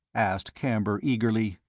asked camber, eagerly.